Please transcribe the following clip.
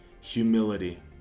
humility